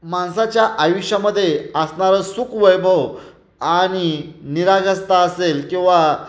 माणसाच्या आयुष्यामध्ये असणारं सुख वैभव आणि निरागस्ता असेल किंवा